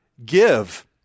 give